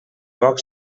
poc